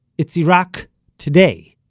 it's iraq today.